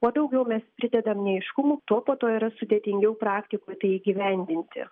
kuo daugiau mes pridedam neaiškumų tuo po to yra sudėtingiau praktikoj tai įgyvendinti